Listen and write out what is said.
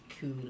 Cool